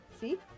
See